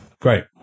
great